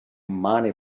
money